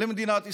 למדינת ישראל,